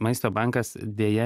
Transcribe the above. maisto bankas deja